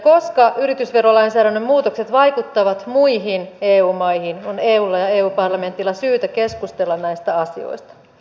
koska yritysverolainsäädännön muutokset vaikuttavat muihin eu maihin on eulla ja eu parlamentilla syytä keskustella näistä asioista